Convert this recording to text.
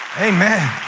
amen.